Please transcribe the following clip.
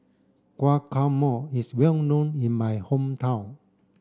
guacamole is well known in my hometown